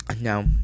No